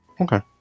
okay